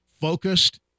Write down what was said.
Focused